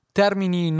termini